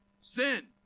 Sin